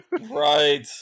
right